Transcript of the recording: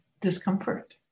discomfort